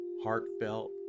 heartfelt